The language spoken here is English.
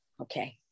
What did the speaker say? Okay